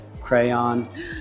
crayon